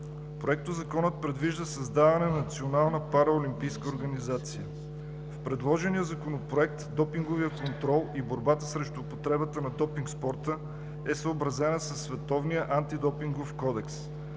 Проектозаконът предвижда създаване на национална параолимпийска организация. В предложения Законопроект допинговият контрол и борбата срещу употребата на допинг в спорта е съобразена със Световния антидопингов кодекс.